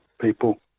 people